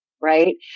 right